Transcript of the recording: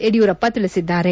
ಯಡಿಯೂರಪ್ಪ ತಿಳಿಸಿದ್ದಾರೆ